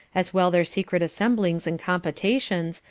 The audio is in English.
as well their secret assemblies and compotations,